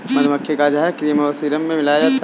मधुमक्खी का जहर क्रीम और सीरम में मिलाया जाता है